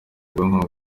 ubwonko